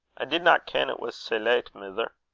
i didna ken it was sae late, mither,